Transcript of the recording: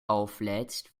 auflädst